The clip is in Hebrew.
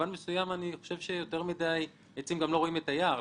כשיש יותר מידי עצים לא רואים את היער.